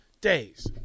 days